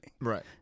Right